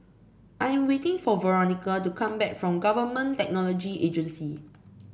I am waiting for Veronica to come back from Government Technology Agency